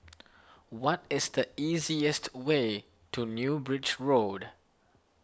what is the easiest way to New Bridge Road